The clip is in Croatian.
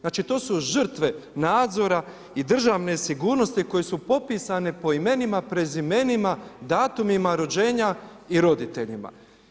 Znači, to su žrtve nadzora i državne sigurnosti koje su popisane po imenima, prezimenima, datumima rođenja i roditeljima.